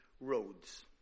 roads